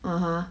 (uh huh)